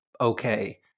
okay